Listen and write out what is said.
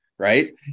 Right